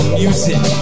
music